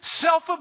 self